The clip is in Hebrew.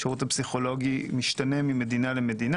השירות הפסיכולוגי משתנה ממדינה למדינה